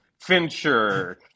Fincher